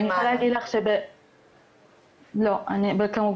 לא זה לא כמקובל, אני יכולה להגיד לך, לא.